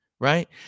Right